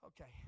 Okay